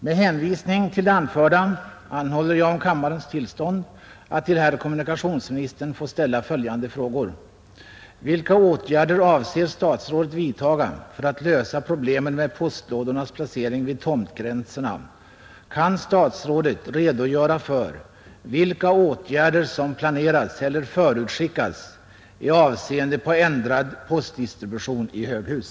Med hänvisning till det anförda anhåller jag om kammarens tillstånd att till herr kommunikationsministern få ställa följande frågor: Kan statsrådet redogöra för vilka åtgärder som planeras eller förutskickas i avseende på ändrad postdistribution i höghus?